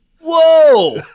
Whoa